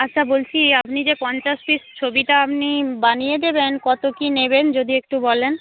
আচ্ছা বলছি আপনি যে পঞ্চাশ পিস ছবিটা আপনি বানিয়ে দেবেন কত কী নেবেন যদি একটু বলেন